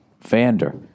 Vander